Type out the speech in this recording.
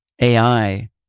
AI